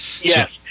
Yes